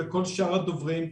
וכל שאר הדוברים.